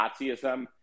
Nazism